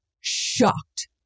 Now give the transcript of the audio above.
shocked